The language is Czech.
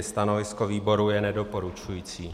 Stanovisko výboru je nedoporučující.